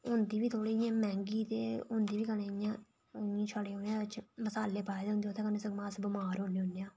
होंदी बी थोह्ड़ी इंया मैहंगी ते होंदी बी इं'या थोह्ड़े मसाले पाए दे होंदे ते सगुआं अस बमार होए दे होन्ने आं '